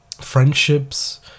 friendships